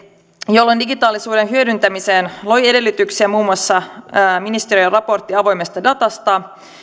jolloin digitaalisuuden hyödyntämiseen loi edellytyksiä muun muassa ministeriön raportti avoimesta datasta